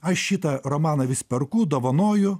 aš šitą romaną vis perku dovanoju